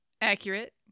Accurate